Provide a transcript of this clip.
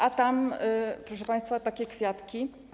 A tam, proszę państwa, takie kwiatki.